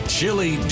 Chili